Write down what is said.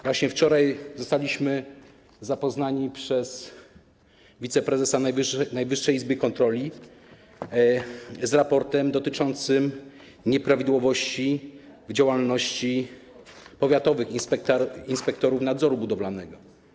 Właśnie wczoraj zostaliśmy zapoznani przez wiceprezesa Najwyższej Izby Kontroli z raportem dotyczącym nieprawidłowości w działalności powiatowych inspektorów nadzoru budowlanego.